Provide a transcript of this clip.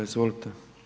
Izvolite.